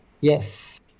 Yes